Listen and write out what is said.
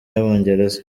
y’abongereza